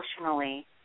emotionally